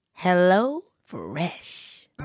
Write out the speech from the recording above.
HelloFresh